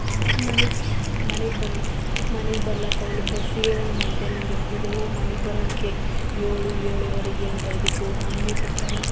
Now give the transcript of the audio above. ಮತ್ತೆ ಮನೆಗೆ ಮನೆಗೆ ಬಂದು ಮನೆಗೆ ಬರ್ಲಾಕ್ಕೆ ಅವ್ಲು ಬಸ್ಸಿಗೆ ಒಂದು ಗಂಟೆ ನಿಂತಿರ್ತಿದ್ದೇವು ಮನೆಗೆ ಬರನ್ಕೆ ಏಳು ಏಳೂವರೆ ಎಂಟು ಆಗ್ತಿತ್ತು ಮಮ್ಮಿ ಪಪ್ಪ ಎಲ್ಲ